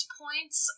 points